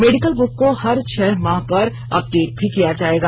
medical book को हर छह माह पर अपडेट भी किया जाएगा